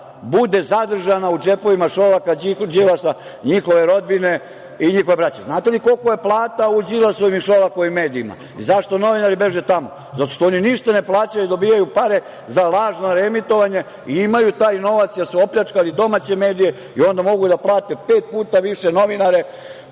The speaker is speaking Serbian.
bude zadržana u džepovima Šolaka, Đilasa, njihove rodbine i njihove braće? Znate li kolika je plata u Đilasovim i Šolakovim medijima i zašto novinari beže tamo? Zato što oni ništa ne plaćaju, dobijaju pare za lažno reemitovanje i imaju taj novac jer su opljačkali domaće medije i onda mogu da plate pet puta više novinare